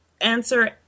answer